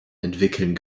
entwickeln